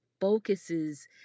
focuses